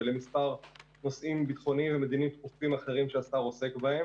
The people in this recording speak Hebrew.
ולמספר נושאים ביטחוניים ומדיניים דחופים אחרים שהשר עוסק בהם,